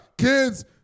Kids